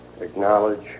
acknowledge